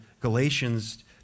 Galatians